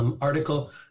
Article